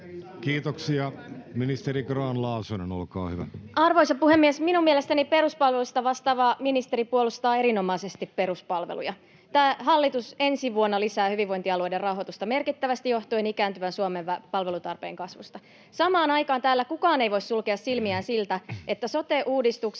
(Antti Lindtman sd) Time: 16:26 Content: Arvoisa puhemies! Minun mielestäni peruspalveluista vastaava ministeri puolustaa erinomaisesti peruspalveluja. Tämä hallitus ensi vuonna lisää hyvinvointialueiden rahoitusta merkittävästi johtuen ikääntyvän Suomen palvelutarpeen kasvusta. Samaan aikaan täällä kukaan ei voi sulkea silmiään siltä, että sote-uudistuksessa